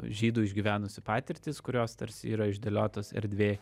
žydų išgyvenusių patirtys kurios tarsi yra išdėliotos erdvėj